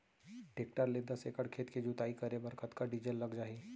Tractor ले दस एकड़ खेत के जुताई करे बर कतका डीजल लग जाही?